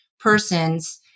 person's